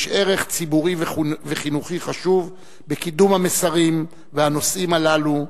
יש ערך ציבורי וחינוכי חשוב בקידום המסרים והנושאים הללו,